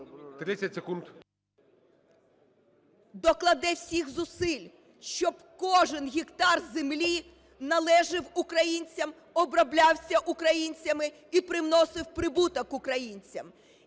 докладе всіх зусиль, щоб кожен гектар землі належав українцям, оброблявся українцями і приносив прибуток українцям.